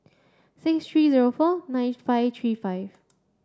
six three zero four nine five three five